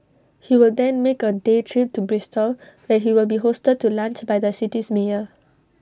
he will then make A day trip to Bristol where he will be hosted to lunch by the city's mayor